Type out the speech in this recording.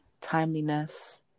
timeliness